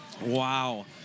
wow